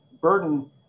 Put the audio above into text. burden